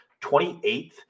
28th